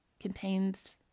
contains